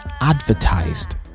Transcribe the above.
advertised